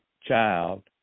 child